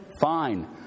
Fine